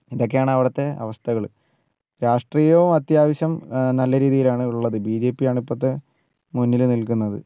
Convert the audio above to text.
ഇതൊക്കെയാണ് അവിടുത്തെ അവസ്ഥകൾ രാഷ്ട്രീയവും അത്യാവശ്യം നല്ല രീതിയിലാണ് ഉള്ളത് ബി ജെ പിയാണ് ഇപ്പോഴത്തെ മുന്നിൽ നിൽക്കുന്നത്